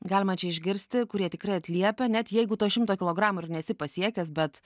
galima čia išgirsti kurie tikrai atliepia net jeigu to šimto kilogramų ir nesi pasiekęs bet